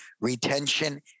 retention